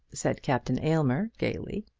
said captain aylmer, gaily.